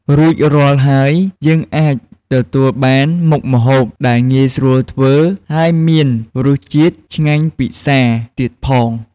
រួចរាល់ហើយ យើងអាចទទួលបានមុខម្ហូបដែលងាយស្រួលធ្វើហើយមានរសជាតិឆ្ងាញ់ពិសាទៀតផង។